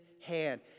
hand